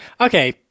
Okay